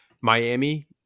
Miami